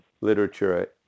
literature